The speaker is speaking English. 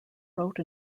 wrote